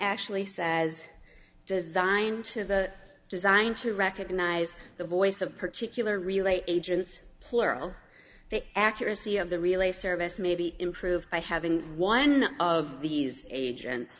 actually says designed to the design to recognize the voice of particular relate agents plural the accuracy of the relay service may be improved by having one of these agents